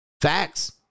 Facts